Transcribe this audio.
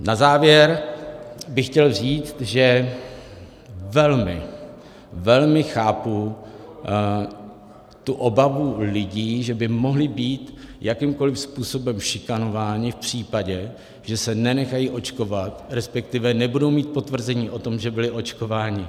Na závěr bych chtěl říct, že velmi, velmi chápu tu obavu lidí, že by mohli být jakýmkoli způsobem šikanováni v případě, že se nenechají očkovat, respektive nebudou mít potvrzení o tom, že byli očkováni.